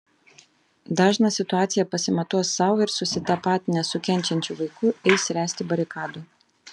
dažnas situaciją pasimatuos sau ir susitapatinęs su kenčiančiu vaiku eis ręsti barikadų